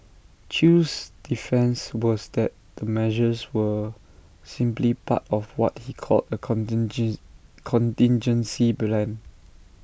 chew's defence was that the measures were simply part of what he called A contingence contingency plan